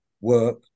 work